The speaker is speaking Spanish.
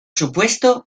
supuesto